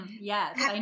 Yes